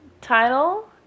Title